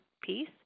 piece